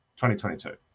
2022